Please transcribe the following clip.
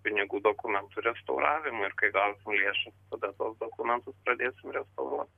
pinigų dokumentų restauravimui ir kai gausim lėšas tada tuos dokumentus pradėsim restauruot